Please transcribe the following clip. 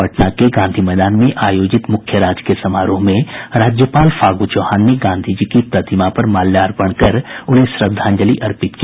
पटना के ऐतिहासिक गांधी मैदान में आयोजित मुख्य राजकीय समारोह में राज्यपाल फागू चौहान ने गांधीजी की प्रतिमा पर माल्यार्पण कर उन्हें श्रद्धांजलि अर्पित की